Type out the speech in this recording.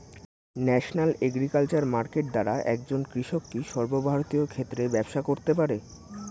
National agriculture market দ্বারা একজন কৃষক কি সর্বভারতীয় ক্ষেত্রে ব্যবসা করতে পারে?